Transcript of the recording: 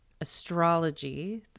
Astrology